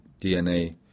DNA